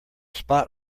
spot